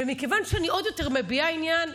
ומכיוון שאני עוד יותר מביעה עניין,